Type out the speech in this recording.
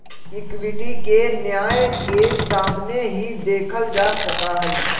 equity के न्याय के सामने ही देखल जा सका हई